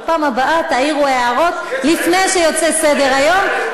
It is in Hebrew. בפעם הבאה תעירו הערות לפני שיוצא סדר-היום,